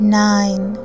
nine